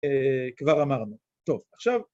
כבר אמרנו, טוב, עכשיו